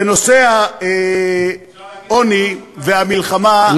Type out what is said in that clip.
בנושא העוני והמלחמה,